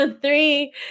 Three